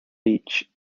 beach